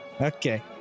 Okay